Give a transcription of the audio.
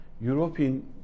European